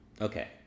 okay